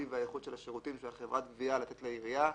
הטיב והאיכות של השירותים שעל חברת הגבייה לתת לעירייה,